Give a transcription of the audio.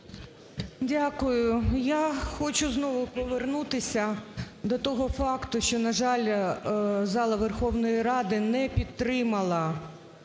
Дякую. Я хочу знову повернутися до того факту, що, на жаль, зала Верховної Ради не підтримала